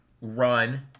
run